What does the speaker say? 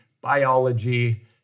biology